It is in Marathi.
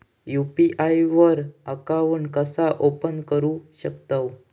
यू.पी.आय वर अकाउंट कसा ओपन करू शकतव?